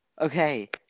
Okay